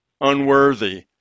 unworthy